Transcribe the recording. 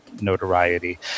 notoriety